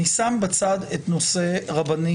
אני שם בצד את נושא רבני